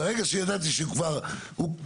ברגע שידעתי שהוא כבר בהיתר,